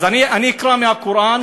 אז אני אקרא מהקוראן,